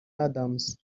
adams